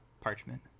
parchment